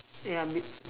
ya b~